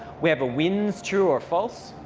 we have a wins, true or false.